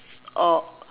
or